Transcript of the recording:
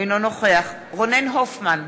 אינו נוכח רונן הופמן,